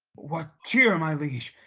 what cheer, my liege?